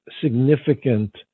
significant